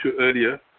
earlier